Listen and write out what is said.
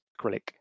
acrylic